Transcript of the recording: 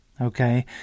okay